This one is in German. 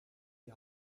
die